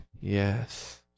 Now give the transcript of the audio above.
Yes